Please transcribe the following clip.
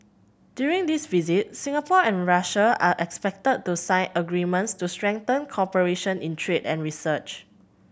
during this visit Singapore and Russia are expected to sign agreements to strengthen cooperation in trade and research